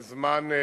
בזמן,